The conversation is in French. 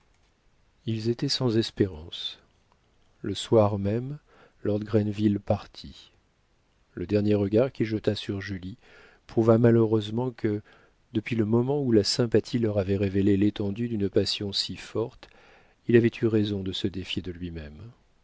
ils étaient sans espérance le soir même lord grenville partit le dernier regard qu'il jeta sur julie prouva malheureusement que depuis le moment où la sympathie leur avait révélé l'étendue d'une passion si forte il avait eu raison de se défier de lui-même